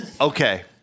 Okay